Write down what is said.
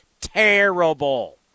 terrible